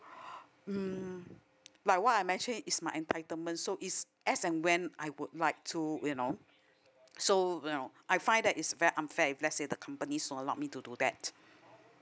um but what I'm actually is my entitlement so is as and when I would like to you know so you know I find that is very unfair if let say the companies not allow me to do that